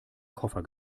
koffer